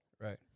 right